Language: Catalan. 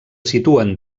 situen